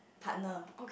partner